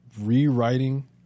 rewriting